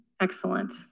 Excellent